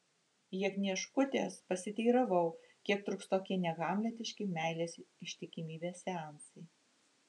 jagnieškutės pasiteiravau kiek truks tokie nehamletiški meilės ištikimybės seansai